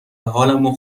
حالمو